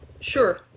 Sure